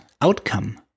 outcome